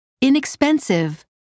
inexpensive